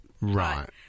Right